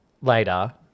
later